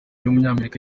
w’umunyamerika